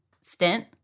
stint